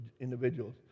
individuals